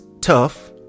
tough